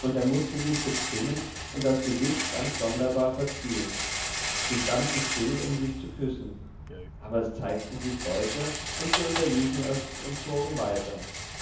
und er mußte sich bezwingen und das gesicht ganz sonderbar verziehen sie standen still um sich zu küssen aber es zeigten sich leute und sie unterließen es und zogen weiter